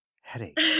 headache